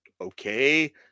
okay